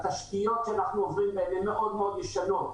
התשתיות שאנחנו עובדים בהן מאוד מאוד ישנות.